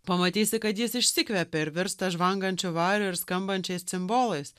pamatysi kad jis išsikvėpė ir virsta žvangančiu variu ir skambančiais cimbolais